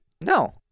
No